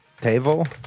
Table